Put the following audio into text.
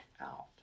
out